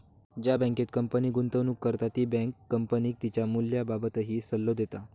ज्या बँकेत कंपनी गुंतवणूक करता ती बँक कंपनीक तिच्या मूल्याबाबतही सल्लो देता